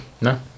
No